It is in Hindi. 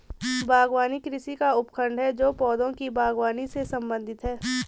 बागवानी कृषि का उपखंड है जो पौधों की बागवानी से संबंधित है